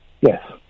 yes